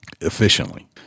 efficiently